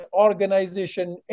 organization